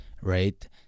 right